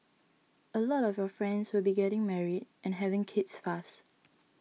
a lot of your friends will be getting married and having kids fast